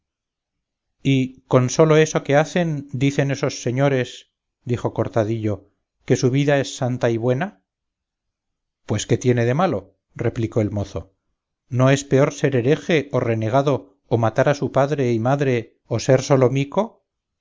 y con sólo eso que hacen dicen esos señores dijo cortadillo que su vida es santa y buena pues qué tiene de malo replicó el mozo no es peor ser hereje o renegado o matar a su padre y madre o ser